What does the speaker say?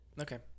Okay